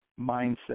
mindset